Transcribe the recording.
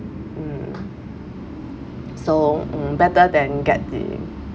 mm so mm better than getting